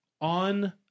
on